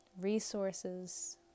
Resources